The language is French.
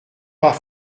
pas